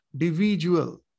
individual